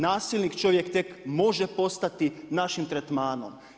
Nasilnik čovjek tek može postati našim tretmanom.